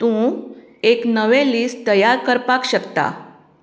तूं एक नवें लिस्ट तयार करपाक शकता